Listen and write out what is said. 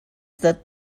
that